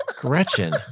Gretchen